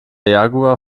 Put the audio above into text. jaguar